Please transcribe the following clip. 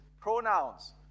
pronouns